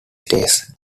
states